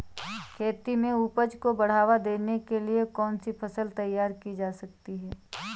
खेती में उपज को बढ़ावा देने के लिए कौन सी फसल तैयार की जा सकती है?